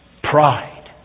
Pride